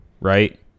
right